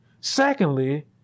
Secondly